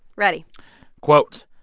ready quote,